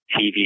TV